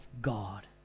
God